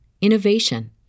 innovation